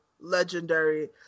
legendary